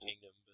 Kingdom